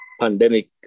pandemic